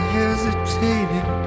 hesitated